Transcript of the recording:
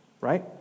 right